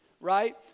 right